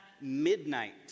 midnight